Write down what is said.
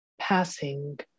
passing